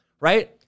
right